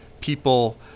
people